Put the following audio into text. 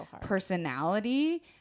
personality